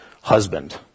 husband